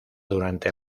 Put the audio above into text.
durante